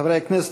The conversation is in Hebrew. חברי הכנסת,